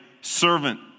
servant